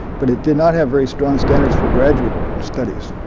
but it did not have very strong standards for graduate studies.